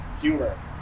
humor